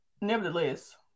nevertheless